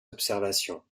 observations